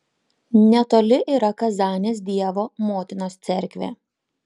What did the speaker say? netoli yra kazanės dievo motinos cerkvė